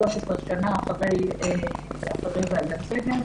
13 שנים אחרי ועדת שגב,